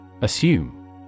Assume